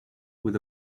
with